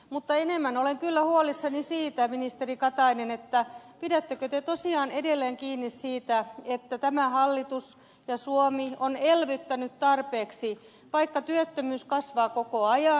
mutta enemmän kyllä olen huolissani siitä ministeri katainen pidättekö te tosiaan edelleen kiinni siitä että tämä hallitus ja suomi on elvyttänyt tarpeeksi vaikka työttömyys kasvaa koko ajan